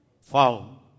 found